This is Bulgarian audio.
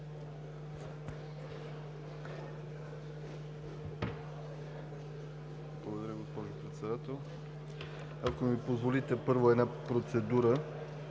Благодаря, госпожо Председател. Ако ми позволите, първо, една процедура